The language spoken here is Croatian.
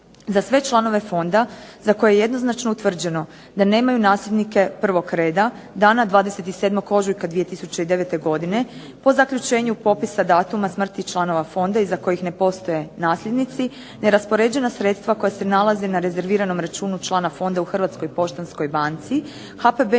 Za sve članove fonda za koje je jednoznačno utvrđeno da nemaju nasljednike prvog reda dana 27. ožujka 2009. godine po zaključenju popisa smrti članova fonda iza kojih ne postoje nasljednici neraspoređena sredstva koja se nalaze na rezerviranom računu člana fonda u Hrvatskoj poštanskoj banci HPB